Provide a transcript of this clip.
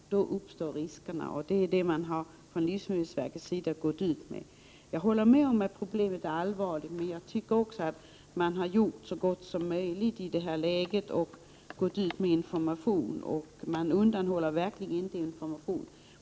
Detta är alltså vad livsmedelsverket har informerat om. Jag håller med om att problemet är allvarligt, men jag tycker att man har gjort så mycket som möjligt i det här läget. Man har gått ut med information och har verkligen inte undanhållit sådan.